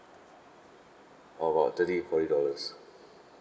for about thirty forty dollars